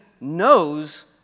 knows